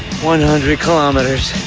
one hundred km. um